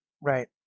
Right